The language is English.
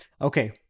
Okay